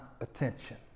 attention